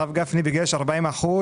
הרב גפני ביקש 40%,